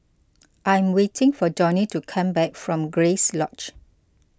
I'm waiting for Donny to come back from Grace Lodge